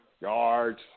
yards